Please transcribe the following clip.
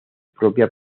propia